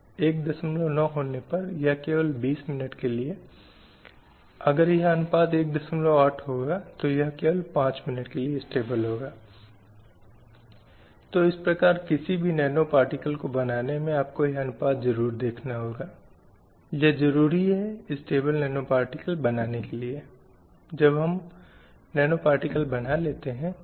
लेकिन बाद के दौर में यह स्थिति थी कि यही बच्चा अब शिक्षा के संपर्क में नहीं था जहाँ घर के क्षेत्र में अन पढ़ रखा गया और जीवन में हमारी बहुत जल्दी शादी हो जाती थी